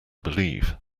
believe